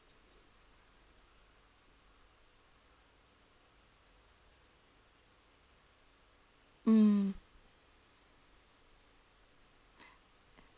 mm